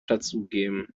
dazugeben